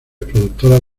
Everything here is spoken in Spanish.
productoras